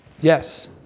Yes